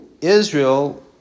Israel